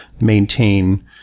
maintain